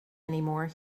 anymore